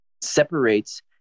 separates –